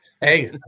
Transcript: Hey